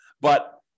But-